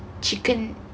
chicken